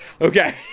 Okay